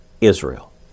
Israel